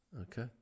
Okay